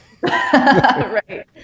right